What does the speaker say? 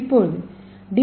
இப்போது டி